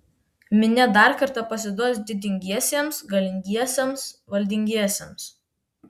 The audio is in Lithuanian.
minia dar kartą pasiduos didingiesiems galingiesiems valdingiesiems